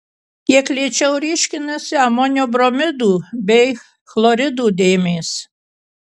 kiek lėčiau ryškinasi amonio bromidų bei chloridų dėmės